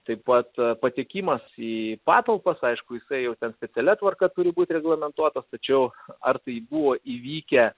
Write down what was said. taip pat patekimas į patalpas aišku jisai jau ten specialia tvarka turi būt reglamentuotas tačiau ar tai buvo įvykę